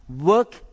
work